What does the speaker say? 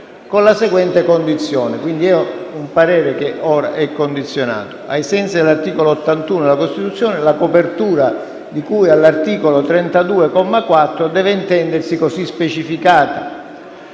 con la seguente condizione,» quindi è un parere condizionato «ai sensi dell'articolo 81 della Costituzione: la copertura di cui all'articolo 32, comma 4, deve intendersi così specificata: